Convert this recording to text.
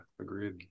agreed